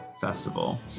festival